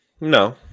No